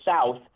South